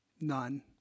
none